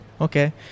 Okay